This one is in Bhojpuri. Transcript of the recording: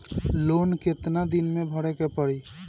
लोन कितना दिन मे भरे के पड़ी?